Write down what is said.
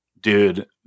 dude